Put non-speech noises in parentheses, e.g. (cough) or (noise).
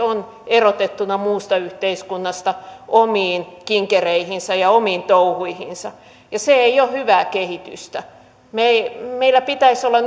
ovat erotettuina muusta yhteiskunnasta omiin kinkereihinsä ja omiin touhuihinsa ja se ei ole hyvää kehitystä meillä pitäisi olla (unintelligible)